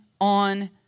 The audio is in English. on